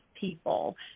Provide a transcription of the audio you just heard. people